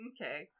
Okay